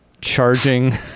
charging